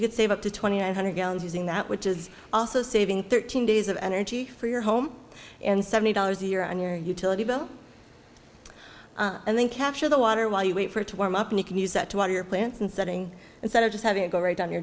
you could save up to twenty one hundred gallons using that which is also saving thirteen days of energy for your home and seventy dollars a year on your utility bill and then capture the water while you wait for it to warm up and you can use that to water your plants and setting instead of just having it go right on